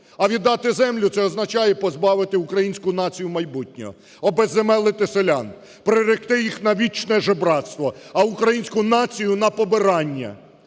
А віддати землю – це означає позбавити українську націю майбутнього, обезземелити селян, приректи їх на вічне жебрацтво, а українську націю на побирання.